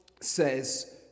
says